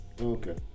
Okay